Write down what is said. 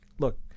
Look